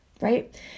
right